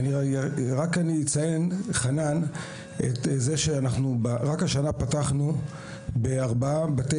אני רק אציין רק השנה פתחנו בארבעה בתי